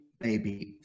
baby